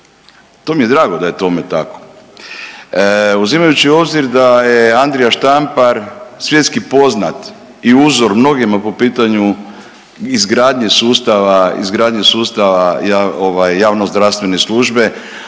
To mi je drago da je tome tako. Uzimajući u obzir da je Andrija Štampar svjetski poznat i uzor mnogima po pitanju izgradnje sustava, izgradnje sustava